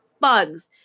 bugs